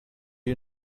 you